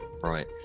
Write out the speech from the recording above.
Right